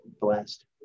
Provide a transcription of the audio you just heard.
blessed